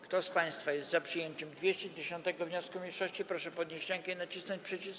Kto z państwa jest za przyjęciem 210. wniosku mniejszości, proszę podnieść rękę i nacisnąć przycisk.